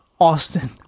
Austin